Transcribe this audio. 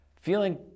feeling